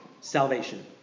salvation